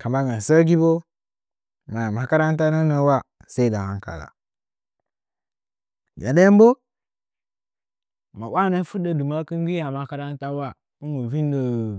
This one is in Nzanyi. kamangən sə gi bo maya makarantaunəngən wa sai dɨ hankala ya ndan bo ma waanə fuddə dɨmə əkɨn a makarantawa hɨn mɨ vɨndəə.